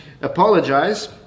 apologize